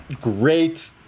great